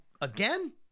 again